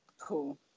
Cool